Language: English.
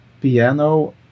piano